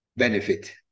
benefit